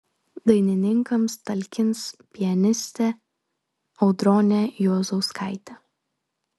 dainininkams talkins pianistė audronė juozauskaitė